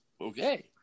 Okay